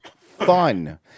fun